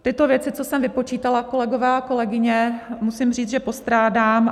Tyto věci, co jsem vypočítala, kolegové a kolegyně, musím říct, že postrádám.